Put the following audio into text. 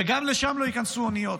וגם לשם לא ייכנסו אוניות.